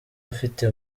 afite